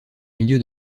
milieu